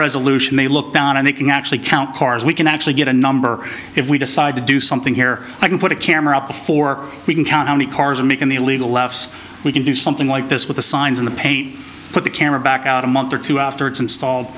resolution they look down and they can actually count cars we can actually get a number if we decide to do something here i can put a camera up before we can count how many cars are making the illegal laughs we can do something like this with the signs in the paint put the camera back out a month or two after it's installed